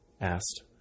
asked